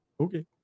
okay